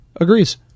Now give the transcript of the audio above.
agrees